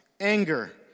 anger